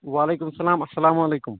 وعلیکُم اَلسلام اَلسلام علیکُم